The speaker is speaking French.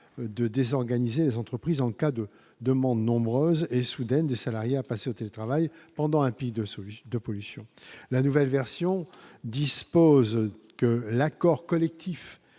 de désorganiser les entreprises en cas de demande, nombreuses et soudaine des salariés à passer au télétravail pendant un pays de sauvages de pollution, la nouvelle version dispose que l'accord collectif